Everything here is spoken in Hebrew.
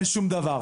אין שום דבר.